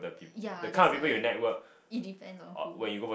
ya that's why it depends on who